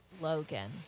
Logan